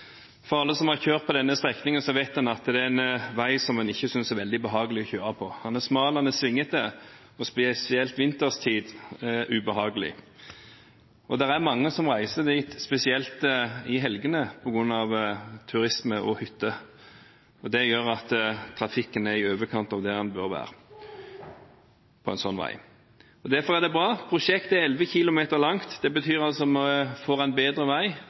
Alle som har kjørt denne strekningen, vet at det er en vei som ikke er så veldig behagelig å kjøre på. Den er smal, den er svinget, og spesielt på vinterstid er den ubehagelig. Det er mange som reiser dit spesielt i helgen på grunn av turisme og hytter. Det gjør at trafikken er i overkant av det den bør være på en sånn vei. Derfor er det bra. Prosjektet er 11 km langt. Det betyr at vi får bedre vei